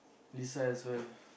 Lisa as well